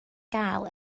gael